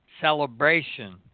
celebration